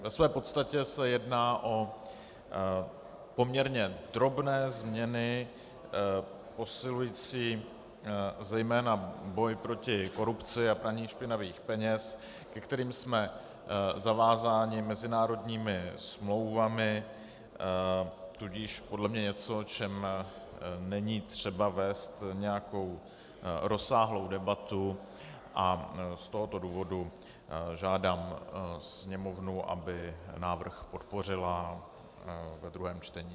Ve své podstatě se jedná o poměrně drobné změny posilující zejména boj proti korupci a praní špinavých peněz, ke kterým jsme zavázáni mezinárodními smlouvami, tudíž podle mě něco, o čem není třeba vést nějakou rozsáhlou debatu, a z tohoto důvodu žádám Sněmovnu, aby návrh podpořila ve druhém čtení.